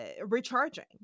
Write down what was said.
recharging